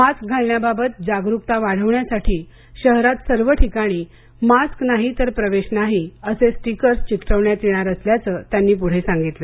mask घालण्याबाबत जागरूकता वाढवण्यासाठी शहरात सर्व ठिकाणी मास्क नाही तर प्रवेश नाही असे स्टिकर्स चिकटवण्यात येणार असल्याचं त्यांनी पुढे सांगितलं